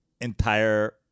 entire